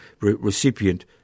recipient